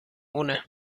ohne